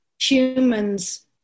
humans